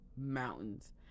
mountains